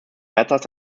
batters